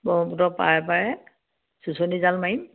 ব্ৰহ্মপুত্ৰৰ পাৰে পাৰে চুঁচনি জাল মাৰিম